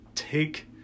Take